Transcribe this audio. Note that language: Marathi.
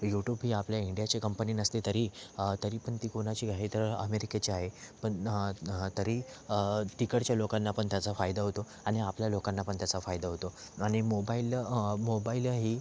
युटूब ही आपल्या इंडियाची कंपनी नसली तरी तरी पण ती कोणाची आहे तर अमेरिकेची आहे पण तरी तिकडच्या लोकांना पण त्याचा फायदा होतो आणि आपल्या लोकांना पण त्याचा फायदा होतो आणि मोबाईल मोबाईल ही